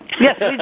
Yes